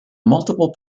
multiple